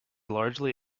largely